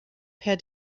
per